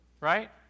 Right